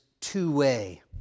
two-way